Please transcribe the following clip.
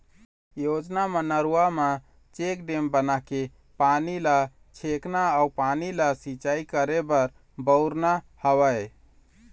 योजना म नरूवा म चेकडेम बनाके पानी ल छेकना अउ पानी ल सिंचाई करे बर बउरना हवय